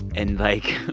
and like,